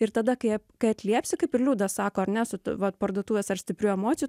ir tada kai kai atliepsi kaip ir liudas sako ar ne su vat parduotuvės ar stiprių emocijų